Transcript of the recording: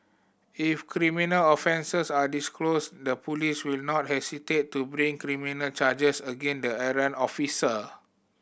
if criminal offences are disclosed the police will not hesitate to bring criminal charges again the errant officer